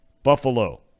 Buffalo